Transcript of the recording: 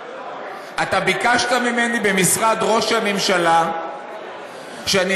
ביקשת ממני במשרד ראש הממשלה שאני